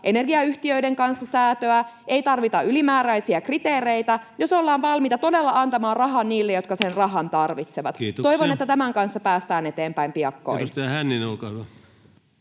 energiayhtiöiden kanssa säätöä, ei tarvita ylimääräisiä kriteereitä, jos ollaan valmiita todella antamaan rahaa niille, jotka sen rahan tarvitsevat. Toivon, että tämän kanssa päästään eteenpäin piakkoin. [Speech